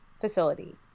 facility